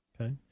Okay